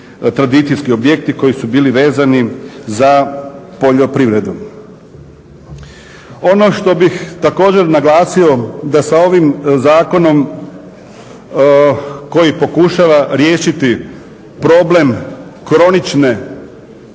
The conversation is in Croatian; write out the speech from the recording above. koji su bili vezani za poljoprivredu. Ono što bih također naglasio da sa ovim zakonom koji pokušava riješiti problem kroničnog